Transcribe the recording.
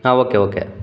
ಹಾ okay okay